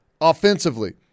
offensively